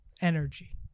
energy